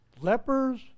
Lepers